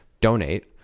donate